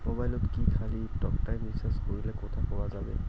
মোবাইলত কি খালি টকটাইম রিচার্জ করিলে কথা কয়া যাবে?